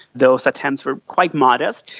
those attempts were quite modest.